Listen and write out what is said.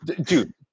Dude